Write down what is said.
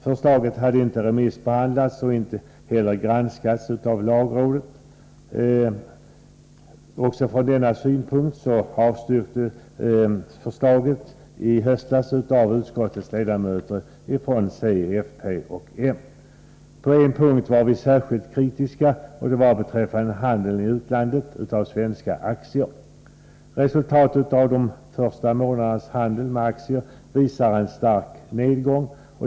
Förslaget hade inte remissbehandlats och inte heller granskats av lagrådet. Bl. a. med denna utgångspunkt avstyrktes förslaget också i höstas av utskottets ledamöter från centern, folkpartiet och moderaterna. På en punkt var vi särskilt kritiska, och det gällde handeln i utlandet med svenska aktier. Resultaten av de första månadernas handel med aktier visar en stark nedgång.